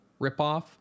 ripoff